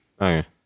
okay